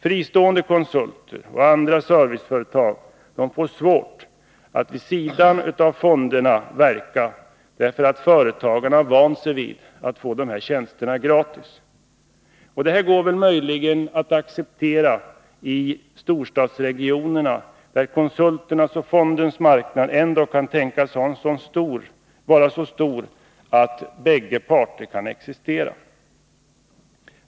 Fristående konsulter och andra serviceföretag får svårt att verka jämsides med fonderna, därför att företagarna har vant sig vid att få dessa tjänster gratis. Det går möjligen att acceptera detta system i storstadsregionerna, där konsulternas och fondernas marknad ändock kan tänkas vara så stor att båda parter kan existera.